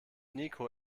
niko